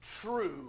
true